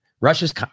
Russia's